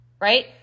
Right